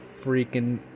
freaking